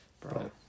bro